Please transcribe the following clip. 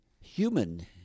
human